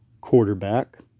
quarterback